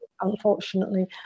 unfortunately